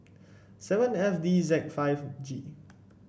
seven F D Z five G